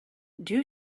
due